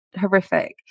horrific